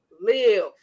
live